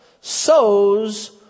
sows